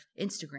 Instagram